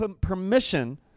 permission